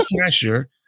pressure